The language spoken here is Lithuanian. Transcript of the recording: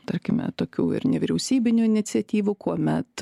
tarkime tokių ir nevyriausybinių iniciatyvų kuomet